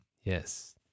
Yes